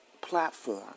platform